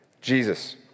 Jesus